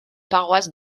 paroisse